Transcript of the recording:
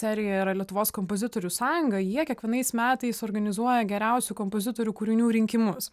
serijoje yra lietuvos kompozitorių sąjunga jie kiekvienais metais organizuoja geriausių kompozitorių kūrinių rinkimus